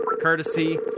courtesy